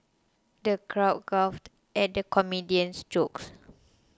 the crowd guffawed at the comedian's jokes